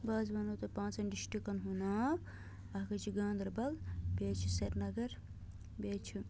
بہٕ حظ وَنہو تۄہہِ پانٛژَن ڈِسٹرکَن ہُنٛد ناو اَکھ حظ چھُ گانٛدَربَل بیٚیہِ حظ چھِ سریٖنگر بیٚیہِ حظ چھُ